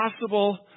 possible